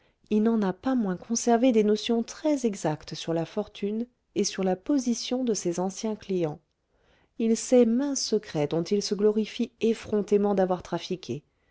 il n'en a pas moins conservé des notions très exactes sur la fortune et sur la position de ses anciens clients il sait maint secret dont il se glorifie effrontément d'avoir trafiqué